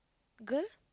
girl